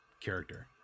character